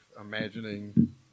imagining